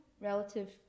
relative